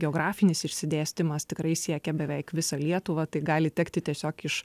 geografinis išsidėstymas tikrai siekia beveik visą lietuvą tai gali tekti tiesiog iš